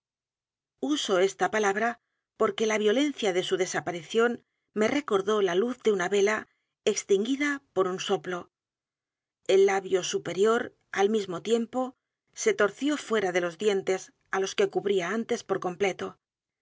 uso esta palabra porque la violencia de su desaparición me recordó la luz de una vela extinguida por un soplo el labio superior al mismo tiempo se torció fuera de los dientes á los que cubría antes por completo